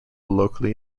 locally